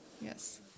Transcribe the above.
yes